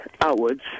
outwards